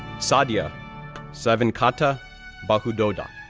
saadhya saivenkata bahudodda,